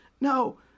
No